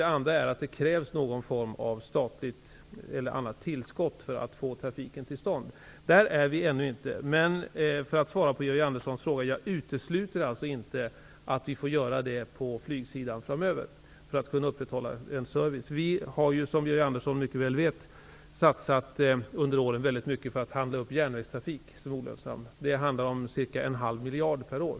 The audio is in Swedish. Det andra är att det krävs någon form av statligt eller annat tillskott för att få trafiken till stånd. Där är vi ännu inte. Men, för att svara på Georg Anderssons fråga, jag utesluter alltså inte att vi framöver får göra detta på flygsidan för att upprätthålla en service. Vi har, som Georg Andersson väl vet, satsat väldigt mycket under året på att handla upp järnvägstrafik som är olönsam. Det handlar om ca en halv miljard per år.